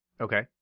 Okay